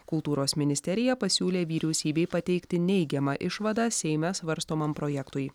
kultūros ministerija pasiūlė vyriausybei pateikti neigiamą išvadą seime svarstomam projektui